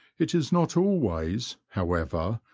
it is not always, however,